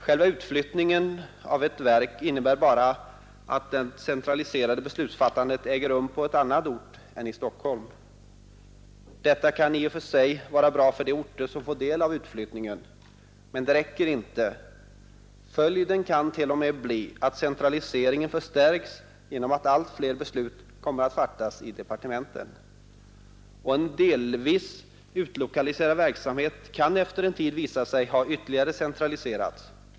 Själva utflyttningen av ett verk innebär bara att det centraliserade beslutsfattandet äger rum på en annan ort än Stockholm. Det kan i och för sig vara bra för de orter som får del av utflyttningen, men det räcker inte. Följden kan t.o.m. bli att centraliseringen förstärks genom att allt fler beslut kommer att fattas i departementen. Och en delvis utlokaliserad verksamhet kan efter en tid visa sig ha ytterligare centraliserats.